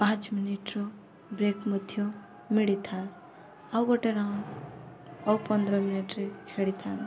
ପାଞ୍ଚ ମିନିଟର ବ୍ରେକ୍ ମଧ୍ୟ ମିଳିଥାଏ ଆଉ ଗୋଟେ ରାଉଣ୍ଡ ଆଉ ପନ୍ଦର ମିନିଟରେ ଖେଳିଥାନ୍ତି